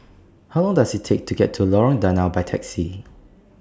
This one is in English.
How Long Does IT Take to get to Lorong Danau By Taxi